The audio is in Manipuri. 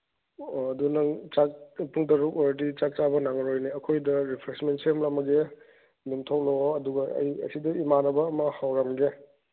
ꯑꯣ ꯑꯗꯨ ꯅꯪ ꯆꯥꯛ ꯄꯨꯡ ꯇꯔꯨꯛ ꯑꯣꯏꯔꯗꯤ ꯆꯥꯛ ꯆꯥꯕ ꯅꯪꯉꯔꯣꯏꯅꯦ ꯑꯩꯈꯣꯏꯗ ꯔꯤꯐ꯭ꯔꯦꯁꯃꯦꯟ ꯁꯦꯝꯂꯝꯃꯒꯦ ꯑꯗꯨꯝ ꯊꯣꯛꯂꯛꯑꯣ ꯑꯗꯨꯒ ꯑꯩ ꯑꯁꯤꯗ ꯏꯃꯥꯟꯅꯕ ꯑꯃ ꯍꯧꯔꯝꯒꯦ